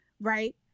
right